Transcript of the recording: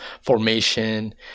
formation